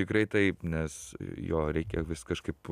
tikrai taip nes jo reikia vis kažkaip